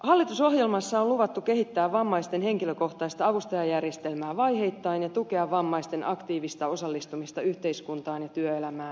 hallitusohjelmassa on luvattu kehittää vammaisten henkilökohtaista avustajajärjestelmää vaiheittain ja tukea vammaisten aktiivista osallistumista yhteiskuntaan ja työelämään